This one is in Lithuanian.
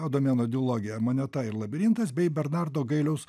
adomėno dilogija moneta ir labirintas bei bernardo gailiaus